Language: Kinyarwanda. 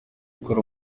gukora